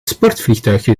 sportvliegtuigje